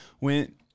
went